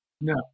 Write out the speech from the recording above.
No